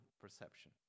perception